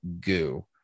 goo